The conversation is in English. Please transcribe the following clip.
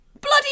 bloody